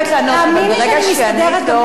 אבל ברגע שענית לו חשבתי שאת מאשרת את הדו-שיח.